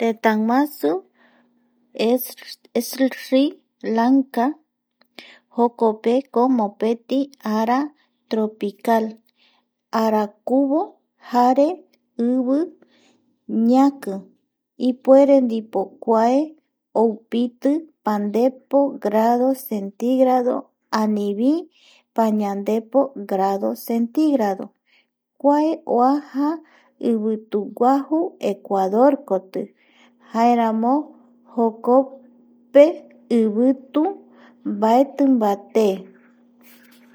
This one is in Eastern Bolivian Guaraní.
Tëtäguasu eSri Lanka jokpeko mopeti ara tropical arakuvo jare ivi ñaki ipuere ndipo kuae oupiti pandepo grado centígrado anivi pañandepo grado centígrado kua oaja ivituguaju ecuador koti jaeramo jokope ivitu mbaeti mbate